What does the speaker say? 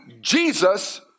Jesus